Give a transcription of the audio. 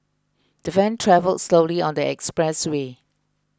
the van travelled slowly on the expressway